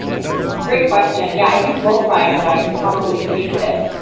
great question, yeah. i think both ryan and and i can probably take this.